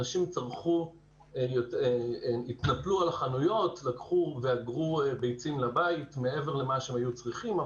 אנשים התנפלו על החנויות ולקחו ואגרו ביצים לבית מעבר למה שהיו צריכים,